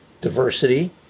diversity